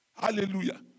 Hallelujah